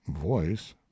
voice